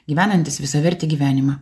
gyvenantis visavertį gyvenimą